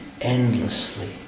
endlessly